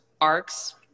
arcs